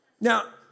Now